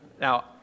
Now